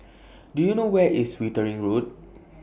Do YOU know Where IS Wittering Road